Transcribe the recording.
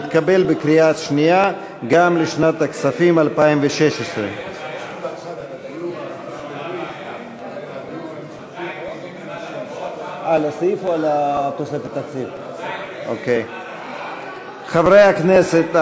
התקבל בקריאה שנייה גם לשנת הכספים 2016. חברי הכנסת,